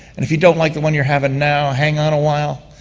and if you don't like the one you're having now, hang on a while,